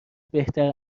بهتر